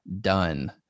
done